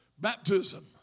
baptism